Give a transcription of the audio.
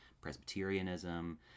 Presbyterianism